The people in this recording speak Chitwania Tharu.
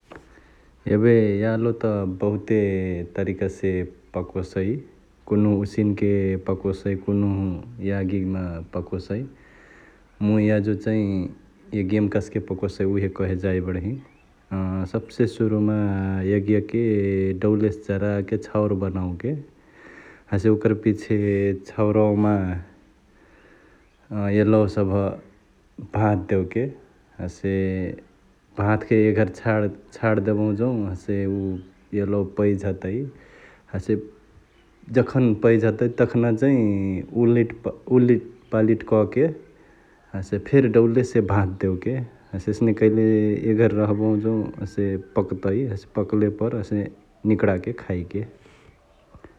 एबे यालो त बहुते तरिकासे पकोसई कुन्हु उसिनके पकोसई, कुन्हु यागिमा पकोसई । मुइ याजु चैं यागियामा कस्के पकोसई उहे कहे जाइबडही । सब्से सुरुमा यगियाके डौले से जराके छाउर बनओके हसे ओकर पिछे छौरावामा यलौवा सभ भांथ देओके । हसे भांथके एघरी छाड देभहु जौं हसे उ यलौवा पैझतई हसे जखन पैझतई तखना चैं उलिट्...उलिटपालिट कके हसे फेरी डौलेसे भांथ देओके । हसे एसने कैले एघरी रहबहु जौं हसे पकतई हसे पकले पर हसे निकडाके खाएके ।